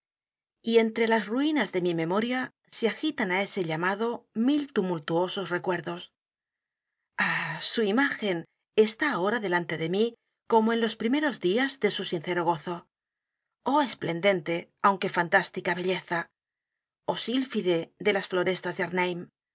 y entre las ruinas de mi memoria se agitan á ese llamado mil tumultuosos r e c u e r d o s a h su imagen está ahora delante de mí como en los primeros días de su sincero gozo oh esplendente aunque fantástica belleza oh sílfide de las florestas